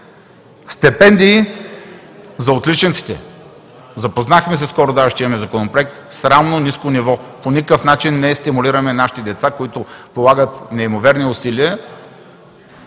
Стипендии за отличниците. Запознахме се със Законопроекта – срамно ниско ниво. По никакъв начин не стимулираме нашите деца, които полагат неимоверни усилия